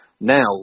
Now